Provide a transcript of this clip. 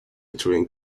between